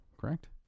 correct